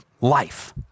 life